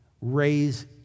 raise